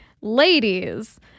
ladies